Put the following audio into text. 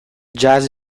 jazz